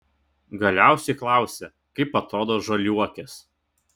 galiausiai klausia kaip atrodo žaliuokės